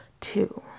two